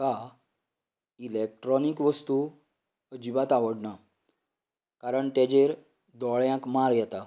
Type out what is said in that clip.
म्हाका इलोट्रोनिक वस्तू अजिबात आवडना कारण तेजेर दोळ्यांक मार येता